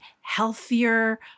healthier